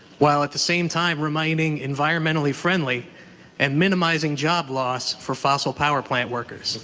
while at the same time remaining environmentally-friendly and minimizing job loss for fossil power plant workers?